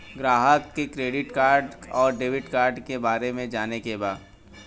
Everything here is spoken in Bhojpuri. ग्राहक के क्रेडिट कार्ड और डेविड कार्ड के बारे में जाने के बा?